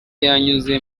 yanyuze